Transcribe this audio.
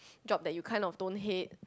job that you kind of don't hate